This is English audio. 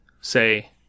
say